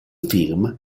film